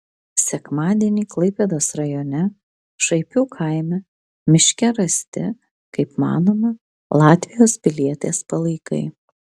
sekmadienį klaipėdos rajone šaipių kaime miške rasti kaip manoma latvijos pilietės palaikai